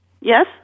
Yes